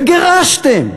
וגירשתם.